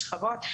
שכבות.